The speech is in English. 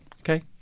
okay